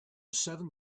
seven